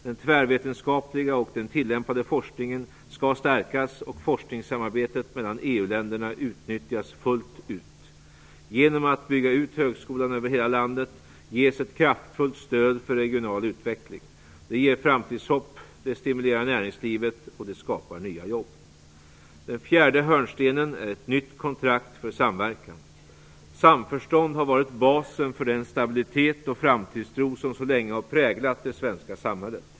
Den tvärvetenskapliga och den tillämpade forskningen skall stärkas och forskningssamarbetet mellan EU länderna utnyttjas fullt ut. Genom att bygga ut högskolan över hela landet ges ett kraftfullt stöd för regional utveckling. Det ger framtidshopp, det stimulerar näringslivet, och det skapar nya jobb. Den fjärde hörnstenen är ett nytt kontrakt för samverkan. Samförstånd har varit basen för den stabilitet och framtidstro som så länge har präglat det svenska samhället.